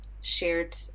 shared